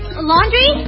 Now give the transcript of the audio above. Laundry